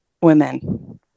women